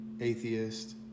atheist